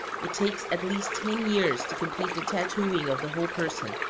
it takes at least ten years to complete the tattooing of the whole person.